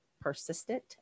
persistent